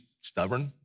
stubborn